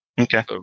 Okay